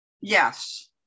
yes